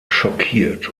schockiert